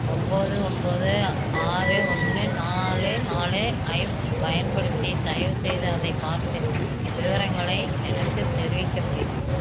ஒம்பது ஒம்பது ஆறு ஒன்று நாலு நாலு ஐஃப் பயன்படுத்தி தயவுசெய்து அதைப் பார்த்து விவரங்களை எனக்குத் தெரிவிக்க முடியுமா